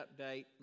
update